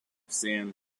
sand